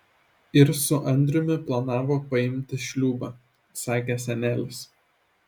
ir su andriumi planavo paimti šliūbą sakė senelis